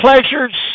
pleasures